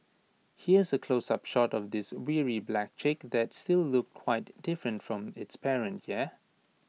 here's A close up shot of this weary black chick that still looked quite different from its parent yeah